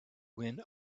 wind